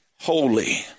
holy